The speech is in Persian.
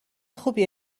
خوبی